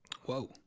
Whoa